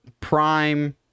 Prime